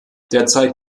derzeit